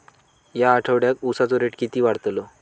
या आठवड्याक उसाचो रेट किती वाढतलो?